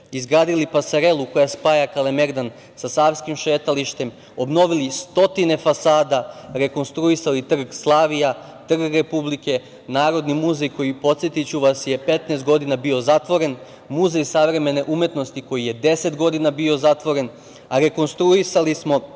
izgradili pasarelu koja spaja Kalemegdan sa Savskim šetalištem, obnovili stotine fasada, rekonstruisali trg Slavija, trg Republike, Narodni muzej koji, podsetiću vas, je 15 godina bio zatvoren, Muzej savremene umetnosti koji je 10 godina bio zatvoren. Rekonstruisali smo